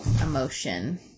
emotion